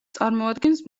წარმოადგენს